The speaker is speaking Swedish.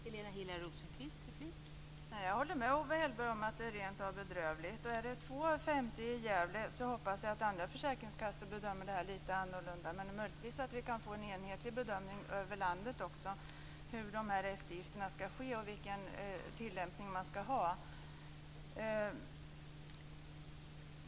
Fru talman! Jag håller med Owe Hellberg. Det är rentav bedrövligt. Om det bara är 2 av 50 personer i Gävle som har möjlighet att få eftergift hoppas jag att andra försäkringskassor bedömer detta lite annorlunda. Möjligen kan vi få en över landet enhetlig bedömning av hur de här eftergifterna skall ske och av vilken tillämpning det skall vara.